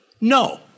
No